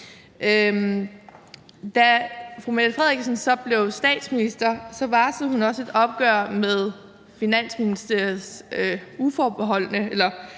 Da fru Mette Frederiksen så blev statsminister, varslede hun også et opgør med Finansministeriets uforbeholdne